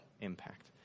impact